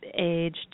age